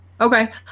Okay